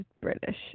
British